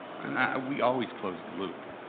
we always close the loop.